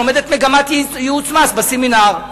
היא לומדת מגמת ייעוץ מס בסמינר.